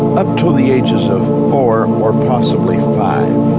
up till the ages of four or possibly five,